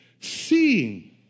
seeing